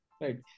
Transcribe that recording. right